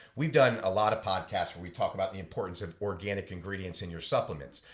we've done a lot of podcasts where we talk about the importance of organic ingredients in your supplements.